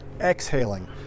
exhaling